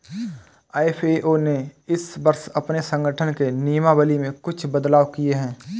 FAO ने इस वर्ष अपने संगठन के नियमावली में कुछ बदलाव किए हैं